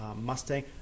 mustang